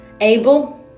Abel